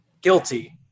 Guilty